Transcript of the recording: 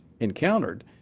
encountered